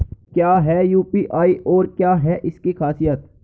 क्या है यू.पी.आई और क्या है इसकी खासियत?